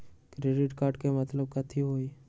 Credit card के मतलब कथी होई?